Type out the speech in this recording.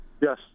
Yes